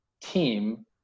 team